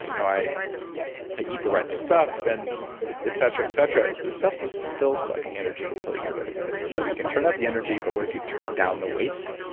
you know i i eat the right stuff, and etc, etc. this stuff was still sucking energy until you get rid of it. so you can turn up the energy but what if you turned down the waste,